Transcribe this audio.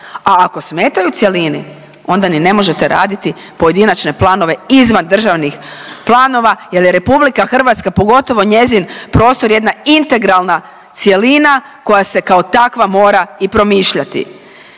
a ako smetaju cjelini onda ni ne možete raditi pojedinačne planove izvan državnih planova jer je RH pogotovo njezin prostor jedna integralna cjelina koja se kao takva mora i promišljati.